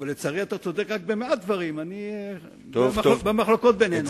אבל לצערי אתה צודק רק במעט דברים במחלוקות בינינו.